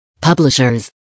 publishers